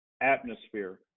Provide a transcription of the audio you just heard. atmosphere